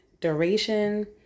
duration